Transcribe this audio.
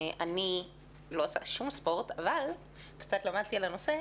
אני לא עושה שום ספורט אבל קצת למדתי על הנושא